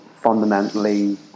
fundamentally